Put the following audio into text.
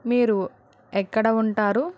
మీరు ఎక్కడ ఉంటారు